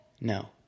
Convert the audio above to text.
No